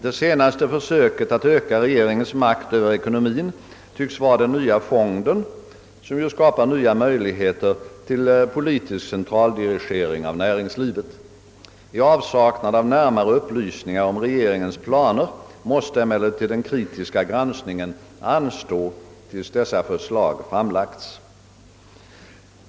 Det senaste försöket att öka regeringens makt över ekonomien tycks vara den nya fonden, som ju skapar nya möjligheter till politisk centraldirigering av näringslivet. I avsaknad av närmare upplysningar om regeringens planer måste emellertid den kritiska granskningen anstå tills dessa förslag framlagts.